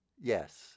Yes